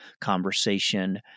conversation